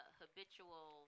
habitual